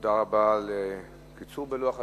תודה רבה על הקיצור בלוח הזמנים,